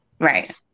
Right